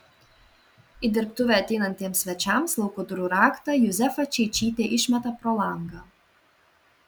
į dirbtuvę ateinantiems svečiams lauko durų raktą juzefa čeičytė išmeta pro langą